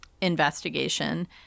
investigation